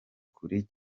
kuri